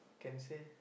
can say